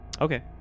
Okay